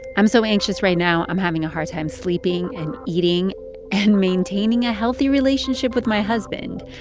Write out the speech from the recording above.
i'm so anxious right now, i'm having a hard time sleeping and eating and maintaining a healthy relationship with my husband.